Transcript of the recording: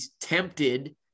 tempted